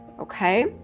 okay